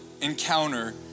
encounter